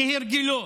כהרגלו.